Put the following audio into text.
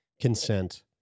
consent